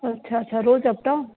अछा अछा रोज़ु अपडाउन